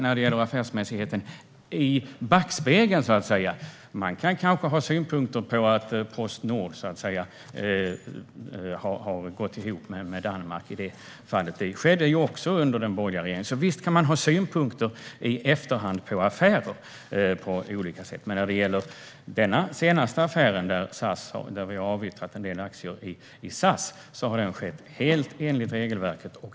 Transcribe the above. När det gäller affärsmässigheten kan vi också titta i backspegeln och kanske ha synpunkter på att Postnord har gått ihop med posten i Danmark, vilket också skedde under den borgerliga regeringen. Visst kan man alltså ha synpunkter på affärer i efterhand på olika sätt. När det gäller den senaste affären, där vi har avyttrat en del aktier i SAS, har det dock skett helt enligt regelverket.